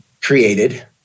created